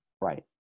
Right